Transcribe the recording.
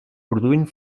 produint